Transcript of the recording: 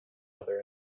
other